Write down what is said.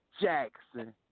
Jackson